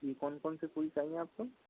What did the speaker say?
जी कौन कौन से फूल चाहिए आप को